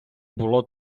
було